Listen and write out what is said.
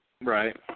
Right